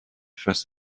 face